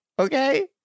Okay